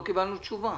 לא קיבלנו תשובה.